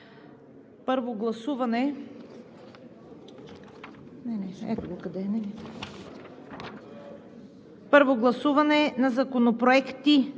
Първо гласуване на законопроекти